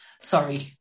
Sorry